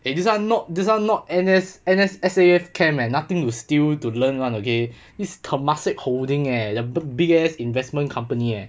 eh this one not this one not N_S N_S S_A_F camp eh nothing to steal to learn [one] okay this is temasek holding eh the big ass investment company eh